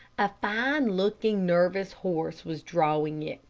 a fine-looking nervous horse was drawing it,